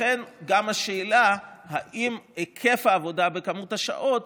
תיבחן גם השאלה אם היקף העבודה במספר השעות